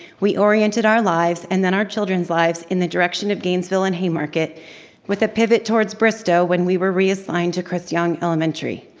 we oriented our lives and our children's lives in the direction of gainesville and haymarket with a pivot towards bristow when we were reassigned to chris yung elementary.